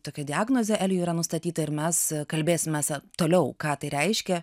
tokia diagnozė elijui yra nustatyta ir mes kalbėsimės toliau ką tai reiškia